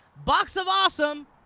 box of awesome.